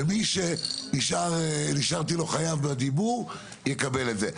ומי שנשארתי לו חייב בדיבור, יקבל את זה.